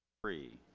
three